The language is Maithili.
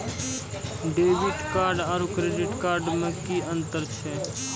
डेबिट कार्ड आरू क्रेडिट कार्ड मे कि अन्तर छैक?